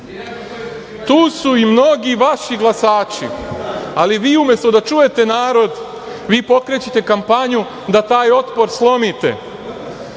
Tu su i mnogi vaši glasači. Ali, vi umesto da čujete narod, vi pokrećete kampanju da taj otpor slomite.